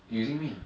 you using mean